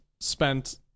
spent